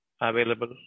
available